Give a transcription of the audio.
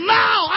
now